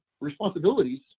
responsibilities